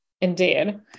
indeed